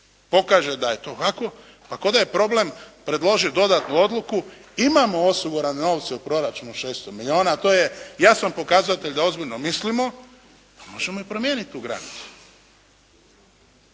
pokaže da je to ovako pa ko da je problem predložiti dodatnu odluku. Imamo osigurane novce u proračunu 600 milijuna, a to je jasan pokazatelj da ozbiljno mislimo. Pa možemo i promijeniti tu granicu.